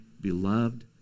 beloved